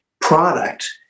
product